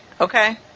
Okay